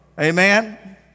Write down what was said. Amen